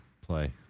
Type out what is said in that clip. play